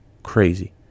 Crazy